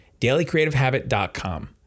dailycreativehabit.com